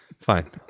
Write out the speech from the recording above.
Fine